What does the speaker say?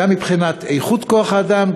גם מבחינת איכות כוח-האדם,